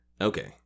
Okay